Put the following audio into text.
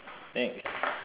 next